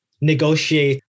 negotiate